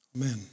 Amen